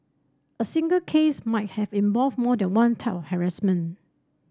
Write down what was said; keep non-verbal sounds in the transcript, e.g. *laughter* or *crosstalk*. a single case might have involved more than one *unintelligible* of harassment